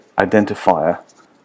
identifier